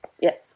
yes